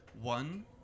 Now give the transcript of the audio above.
One